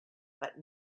but